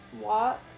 walk